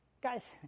guys